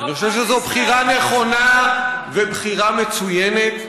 אנו חושב שזו בחירה נכונה ובחירה מצוינת,